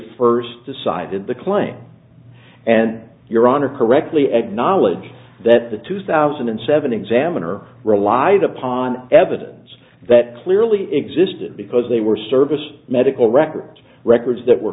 first decided the claim and your honor correctly acknowledged that the two thousand and seven examiner relied upon evidence that clearly existed because they were service medical records records that were